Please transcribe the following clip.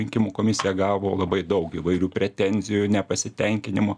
rinkimų komisija gavo labai daug įvairių pretenzijų nepasitenkinimų